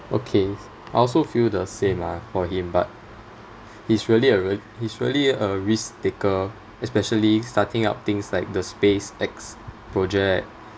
okay I also feel the same lah for him but he's really a real~ he's really a risk taker especially starting up things like the space X project